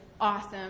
awesome